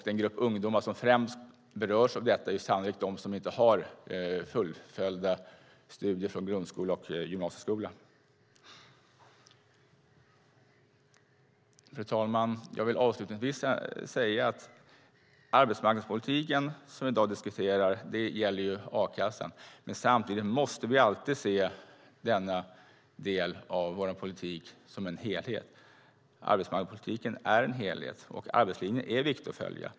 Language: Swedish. Den grupp ungdomar som främst berörs av detta är sannolikt de som inte har fullföljda studier från grundskola och gymnasieskola. Fru talman! Jag vill avslutningsvis säga att den del av arbetsmarknadspolitiken som vi i dag diskuterar gäller a-kassan, men samtidigt måste vi alltid se denna politik som en helhet. Arbetsmarknadspolitiken är en helhet, och arbetslinjen är viktig att följa.